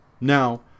now